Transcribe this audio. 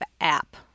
app